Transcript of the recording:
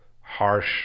harsh